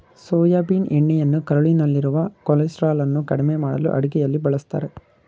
soybean ಎಣ್ಣೆಯನ್ನು ಕರುಳಿನಲ್ಲಿರುವ ಕೊಲೆಸ್ಟ್ರಾಲನ್ನು ಕಡಿಮೆ ಮಾಡಲು ಅಡುಗೆಯಲ್ಲಿ ಬಳ್ಸತ್ತರೆ